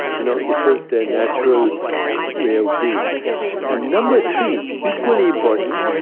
you know it was their natural way of being and number three, equally important,